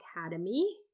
Academy